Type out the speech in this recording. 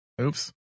Oops